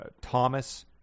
Thomas